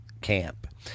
Camp